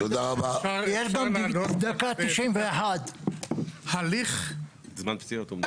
יש גם דקה 91. זמן פציעות הוא אמר.